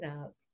up